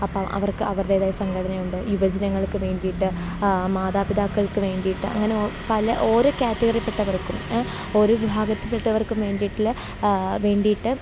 അപ്പം അവർക്ക് അവരുടേതായ സംഘടനയുണ്ട് യുവജനങ്ങൾക്കു വേണ്ടിയിട്ട് മാതാപിതാക്കൾക്കു വേണ്ടിയിട്ട് അങ്ങനെ ഒ പല ഓരോ ക്യാറ്റഗറിയിൽപ്പെട്ടവർക്കും ഓരോ വിഭാഗത്തിൽപ്പെട്ടവർക്കും വേണ്ടിയിട്ടുള്ള വേണ്ടിയിട്ട്